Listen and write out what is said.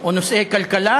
או נושאי כלכלה,